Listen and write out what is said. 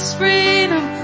freedom